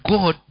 God